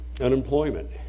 unemployment